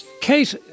Kate